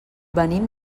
venim